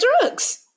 drugs